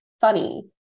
funny